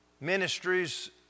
ministries